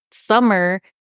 summer